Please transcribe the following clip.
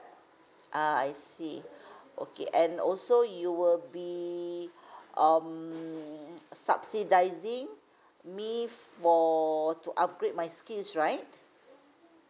ah I see okay and also you will be um subsidising me for to upgrade my skills right